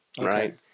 right